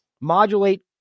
modulate